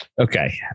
Okay